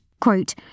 quote